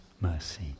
mercy